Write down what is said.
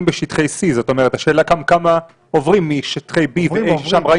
בשטחי C. זאת אומרת שהשאלה גם כמה עוברים משטחי B ו-A -- עוברים,